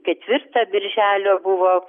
ketvirtą birželio buvo